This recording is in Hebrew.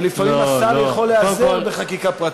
ולפעמים השר יכול להיעזר בחקיקה פרטית.